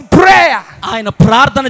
prayer